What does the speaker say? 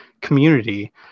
community